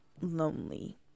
lonely